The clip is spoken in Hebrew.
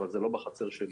אבל זה לא בחצר שלי.